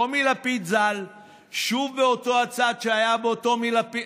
טומי לפיד ז"ל שוב באותו צד שהיה בו טומי לפיד,